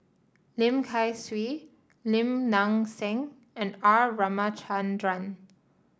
Lim Kay Siu Lim Nang Seng and R Ramachandran